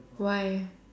why